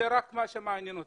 ורק זה מה שמעניין אותם.